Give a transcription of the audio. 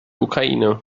ukraine